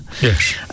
Yes